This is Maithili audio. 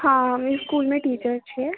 हँ हम इस्कुलमे टीचर छियै